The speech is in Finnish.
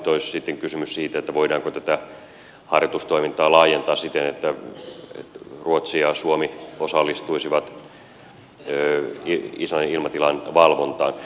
nyt olisi kysymys siitä voidaanko tätä harjoitustoimintaa laajentaa siten että ruotsi ja suomi osallistuisivat islannin ilmatilan valvontaan